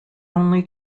only